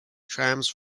trams